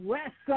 West